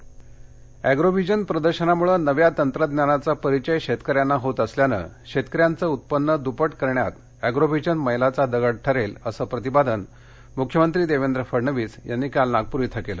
Agrovision Agrovision प्रदर्शनामुळे नव्या तंत्रज्ञानाचा परिचय शेतकऱ्यांना होत असल्याने शेतकऱ्यांचं उत्पन्न दृप्पट करण्यात अँग्रोव्हिजन मैलाचा दगड ठरेल असं प्रतिपादन मुख्यमंत्री देवेंद्र फडणवीस यांनी काल नागपूर इथं केलं